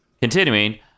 continuing